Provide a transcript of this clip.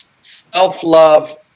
Self-love